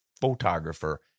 photographer